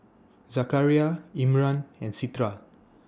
Zakaria Imran and Citra